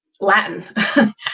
Latin